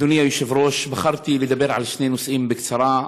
אדוני היושב-ראש, בחרתי לדבר על שני נושאים בקצרה.